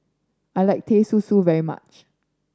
I like Teh Susu very much